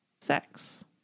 Sex